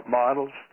models